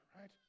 right